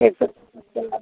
एक सौ चल रहा